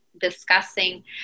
discussing